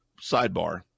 sidebar